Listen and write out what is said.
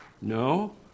No